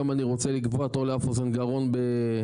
היום אני רוצה לקבוע תור לאף אוזן גרון בערבה,